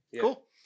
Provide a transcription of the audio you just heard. Cool